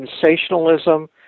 sensationalism